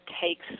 takes